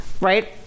right